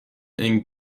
and